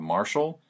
Marshall